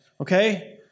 okay